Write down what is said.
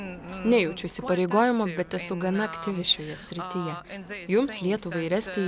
nejaučiu įsipareigojimų bet esu gana aktyvi šioje srityje jums lietuvai ir estijai